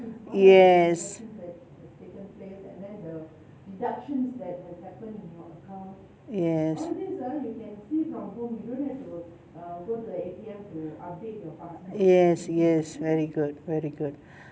yes yes yes yes very good very good